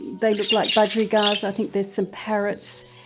they look like budgerigars, i think there's some parrots.